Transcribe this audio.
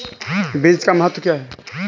बीज का महत्व क्या है?